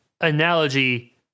analogy